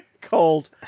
called